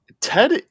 Ted